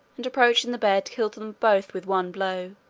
and approaching the bed killed them both with one blow,